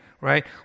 Right